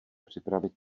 připravit